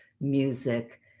music